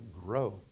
grow